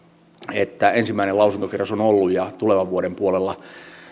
että ensimmäinen lausuntokierros on ollut ja tulevan vuoden puolella